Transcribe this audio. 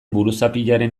buruzapiaren